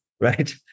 right